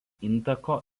intako